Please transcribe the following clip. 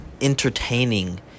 entertaining